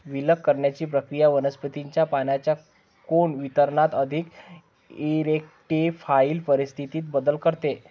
विलग करण्याची प्रक्रिया वनस्पतीच्या पानांच्या कोन वितरणात अधिक इरेक्टोफाइल परिस्थितीत बदल करते